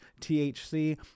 THC